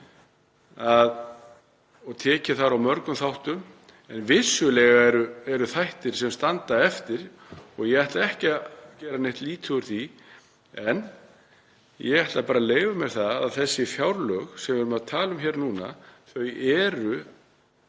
og tekið þar á mörgum þáttum. En vissulega eru þættir sem standa eftir og ég ætla ekki að gera neitt lítið úr því. En ég ætla bara að leyfa mér að segja að þessi fjárlög sem við erum að tala um hér eru